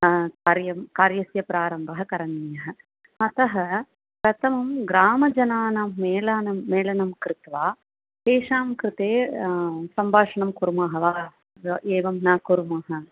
कार्यं कार्यस्य प्रारम्भः करणीयः अतः प्रथमं ग्रामजनानां मेलानं मेलनं कृत्वा तेषां कृते सम्भाषणं कुर्मः वा एवं न कुर्मः